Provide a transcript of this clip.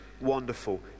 wonderful